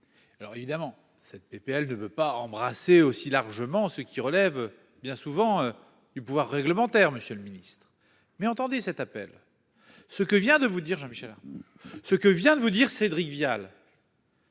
Alors évidemment cette PPL ne veut pas embrassé aussi largement ce qui relève bien souvent du pouvoir réglementaire. Monsieur le Ministre, mais entendu cet appel. Ce que vient de vous dire Jean Michel à ce que vient de vous dire Cédric Vial.